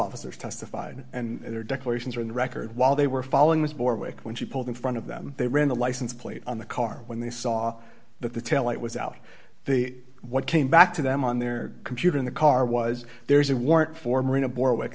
officers testified and their declarations are in the record while they were following this board way when she pulled in front of them they ran the license plate on the car when they saw that the tail light was out the what came back to them on their computer in the car was there's a warrant for marina bore with